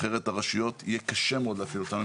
אחרת לרשויות יהיה קשה מאוד להפעיל אותן.